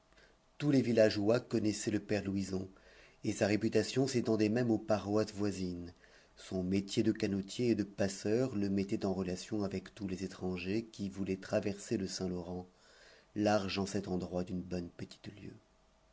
tous les villageois connaissaient le père louison et sa réputation s'étendait même aux paroisses voisines son métier de canotier et de passeur le mettait en relations avec tous les étrangers qui voulaient traverser le saint-laurent large en cet endroit d'une bonne petite lieue